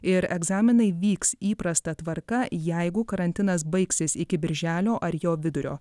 ir egzaminai vyks įprasta tvarka jeigu karantinas baigsis iki birželio ar jo vidurio